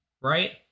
right